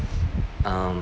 um